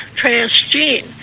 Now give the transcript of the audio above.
transgene